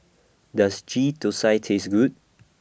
Does Ghee Thosai Taste Good